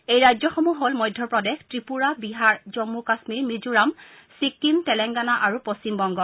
এই ৰাজ্য সমূহ হ'ল মধ্যপ্ৰদেশ ত্ৰিপূৰা বিহাৰ জম্মু কাশ্মীৰ মিজোৰাম চিক্কিম তেলেংগানা আৰু পশ্চিম বঙ্গ